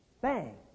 Bang